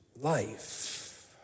life